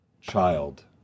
child